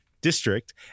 district